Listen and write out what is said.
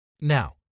Now